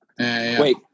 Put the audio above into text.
Wait